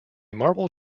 marble